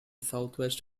southwest